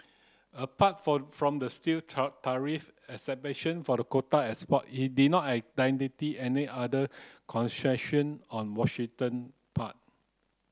apart for from the steel tariff exemption for the quota export he did not identity any other concession on Washington part